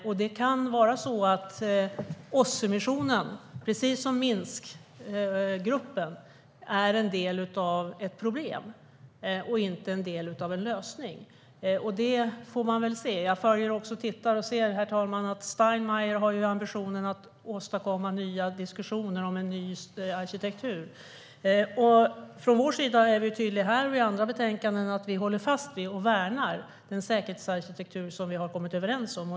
OSSE-missionen kan precis som Minskgruppen vara en del av ett problem och inte en del av en lösning. Vi får väl se. Jag vet också att Steinmeier har ambitionen att åstadkomma nya diskussioner om en ny arkitektur. Från vår sida är vi tydliga här och i andra betänkanden med att vi håller fast vid och värnar den säkerhetsarkitektur som vi har kommit överens om.